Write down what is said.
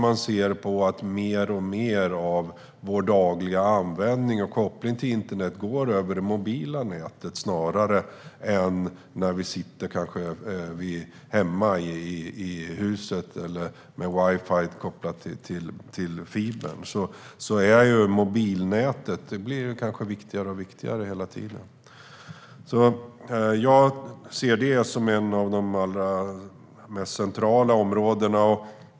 Mer och mer av vår dagliga användning och uppkoppling på internet går dessutom över det mobila nätet snarare än att vi till exempel sitter hemma i huset med wifi kopplat till fibern. Mobilnätet blir kanske viktigare och viktigare hela tiden. Jag ser detta som ett av de allra mest centrala områdena.